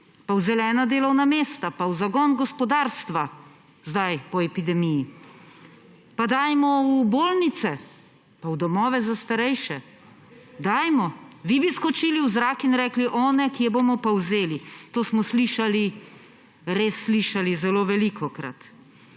pa v zelena delovna mesta, pa v zagon gospodarstva zdaj po epidemiji, pa dajmo v bolnice, pa v domove za starejše. Dajmo!« Vi bi skočili v zrak in bi rekli :« O, ne, kje bomo pa vzeli?« To smo slišali zelo velikokrat.